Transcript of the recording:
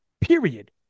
period